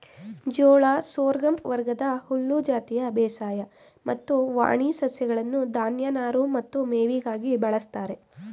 ಜೋಳ ಸೋರ್ಗಮ್ ವರ್ಗದ ಹುಲ್ಲು ಜಾತಿಯ ಬೇಸಾಯ ಮತ್ತು ವಾಣಿ ಸಸ್ಯಗಳನ್ನು ಧಾನ್ಯ ನಾರು ಮತ್ತು ಮೇವಿಗಾಗಿ ಬಳಸ್ತಾರೆ